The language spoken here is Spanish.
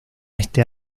este